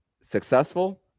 successful